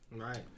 Right